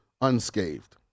unscathed